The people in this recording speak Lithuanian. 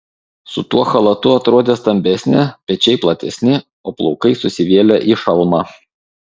su tuo chalatu atrodė stambesnė pečiai platesni o plaukai susivėlę į šalmą